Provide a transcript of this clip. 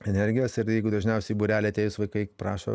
energijos ir jeigu dažniausiai į būrelį atėjus vaikai prašo